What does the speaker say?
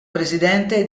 presidente